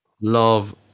love